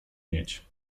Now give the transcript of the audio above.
mieć